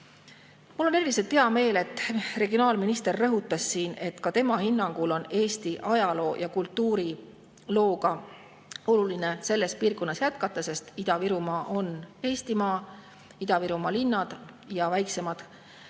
on eriliselt hea meel, et regionaalminister rõhutas siin, et ka tema hinnangul on Eesti ajaloo ja kultuurilooga selles piirkonnas oluline jätkata, sest Ida-Virumaa on Eestimaa. Kõik Ida-Virumaa linnad ja väiksemad